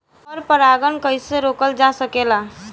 पर परागन कइसे रोकल जा सकेला?